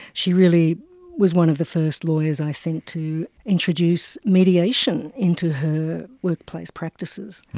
she really was one of the first lawyers i think to introduce mediation into her workplace practices.